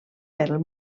pel